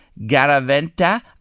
Garaventa